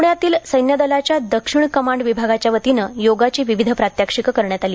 प्ण्यातील सैन्यदलाच्या दक्षिण कमांड विभागाच्या वतीनं योगाची विविधं प्रत्याक्षिकं करण्यात आली